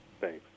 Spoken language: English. Thanks